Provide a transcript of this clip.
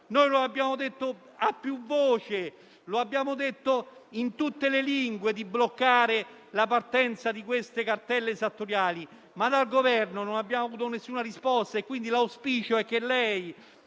Abbiamo detto a più voce e in tutte le lingue di bloccare la partenza di queste cartelle esattoriali, ma dal Governo non abbiamo avuto alcuna risposta. Pertanto, l'auspicio è che lei,